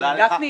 תודה לך.